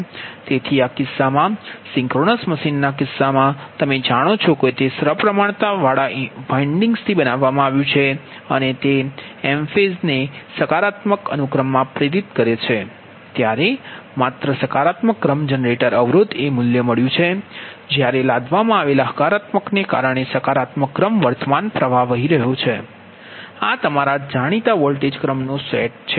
તેથી આ કિસ્સામાં સિંક્રોનસ મશીનના કિસ્સામાં તમે જાણો છો કે તે સપ્રમાણતા વાળા વાઇન્ડિગ્સ થી બનાવવામાં આવ્યું છે અને તે એમ્ફેસને સકારાત્મક અનુક્રમમાં પ્રેરિત કરે છે ત્યારે માત્ર સકારાત્મક ક્રમ જનરેટર અવરોધ એ મૂલ્ય મળ્યું છે જ્યારે લાદવામાં આવેલા હકારાત્મકને કારણે સકારાત્મક ક્રમ વર્તમાન વહે છે આ તમારા જાણીતા વોલ્ટેજ ક્રમ નો સેટ છે